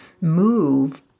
move